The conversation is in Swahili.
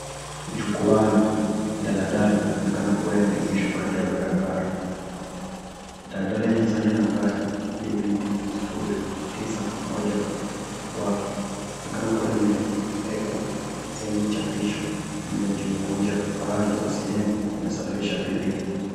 Jukwaani, daladala yanaonekana kuwa yameegeshwa kando ya barabara. Daladala yenye sahani ya nambari KBB 091W,linaonekana kuwa limeekwa sehemu chapisho mle juu ya kuonyesha pahali au sehemu inasafirisha abiria.